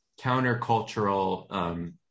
countercultural